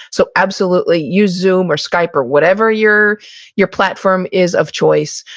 so, absolutely, use zoom or skype or whatever your your platform is of choice.